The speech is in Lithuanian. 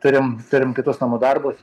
turim turim kitus namų darbus